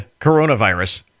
coronavirus